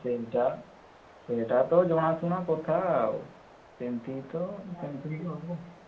ସେଇଟା ସେଇଟା ତ ଜଣାଶୁଣା କଥା ଆଉ ସେମିତି ତ ସେମିତି ହୋଇକି ରହିବ